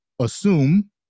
assume